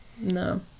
No